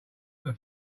but